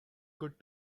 good